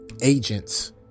Agents